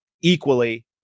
equally